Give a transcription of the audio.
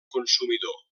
consumidor